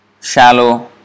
shallow